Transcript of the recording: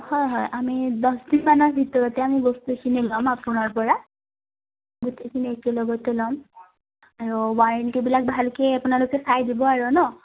হয় হয় আমি দহদিনমানৰ ভিতৰতে আমি বস্তুখিনি ল'ম আপোনাৰ পৰা গোটেইখিনি একেলগতে ল'ম আৰু ৱাৰেণ্টিবিলাক ভালকে আপোনালোকে চাই দিব আৰু ন